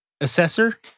assessor